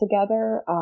together